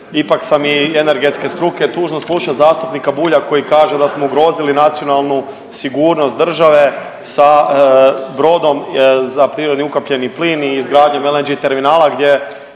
ipak sam i energetske struke, tužno slušati zastupnika Bulja koji kaže da smo ugrozili nacionalnu sigurnost države sa brodom za prirodni ukapljeni plin i izgradnjom LNG terminala gdje